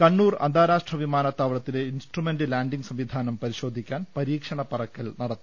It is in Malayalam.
കണ്ണൂർ അന്താരാഷ്ട്ര വിമാനത്താവളത്തിലെ ഇൻസ്ട്ര മെന്റ് ലാൻഡിംഗ് സംവിധാനം പരിശോധിക്കാൻ പരീ ക്ഷണ പറക്കൽ നടത്തി